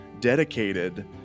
dedicated